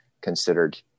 considered